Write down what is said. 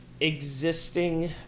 existing